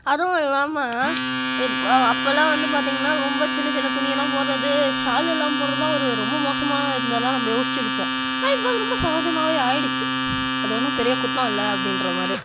அதுவும் இல்லாமல் இப்போ அப்பெலாம் வந்து பார்த்திங்ன்னா ரொம்ப சின்ன சின்ன துணி எல்லாம் போடுவது ஷால் இல்லாமல் போடுவதுலாம் ஒரு ரொம்ப மோசமாக இருந்ததெலாம் நம்ம யோசிச்சுருப்போம் ஆனால் இப்போ அது ரொம்ப சகஜமாகவே ஆகிடுச்சி அது ஒன்றும் பெரிய குற்றம் இல்லை அப்படின்ற மாதிரி